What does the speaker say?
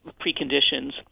preconditions